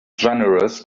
generous